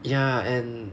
ya and